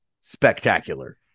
spectacular